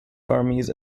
armies